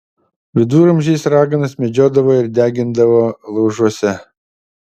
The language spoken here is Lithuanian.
viduramžiais raganas medžiodavo ir degindavo laužuose